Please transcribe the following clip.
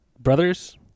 brothers